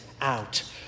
out